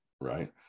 right